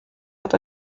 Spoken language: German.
hat